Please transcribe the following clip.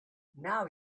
now